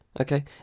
Okay